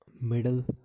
middle